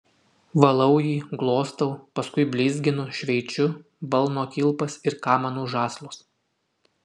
valau jį glostau paskui blizginu šveičiu balno kilpas ir kamanų žąslus